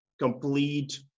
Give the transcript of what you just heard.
complete